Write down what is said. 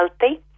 healthy